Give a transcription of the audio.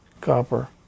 copper